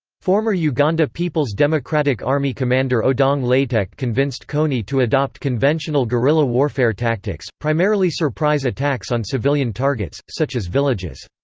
former uganda people's democratic army commander odong latek convinced kony to adopt conventional guerrilla warfare tactics, primarily surprise attacks on civilian targets, such as villages.